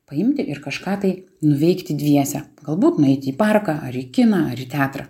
paimti ir kažką tai nuveikti dviese galbūt nueiti į parką ar į kiną ar į teatrą